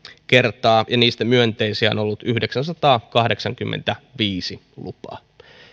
kertaa ja niistä myönteisiä on ollut yhdeksänsataakahdeksankymmentäviisi lupaa